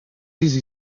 easy